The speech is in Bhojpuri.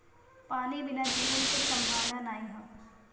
पानी बिना जीवन के संभावना नाही हौ